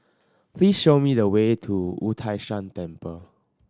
please show me the way to Wu Tai Shan Temple